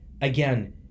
Again